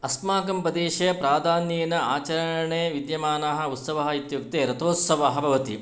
अस्माकं प्रदेशे प्राधान्येन आचरणे विद्यमानः उत्सवः इत्युक्ते रथोत्सवः भवति